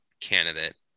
candidate